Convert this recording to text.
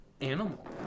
animal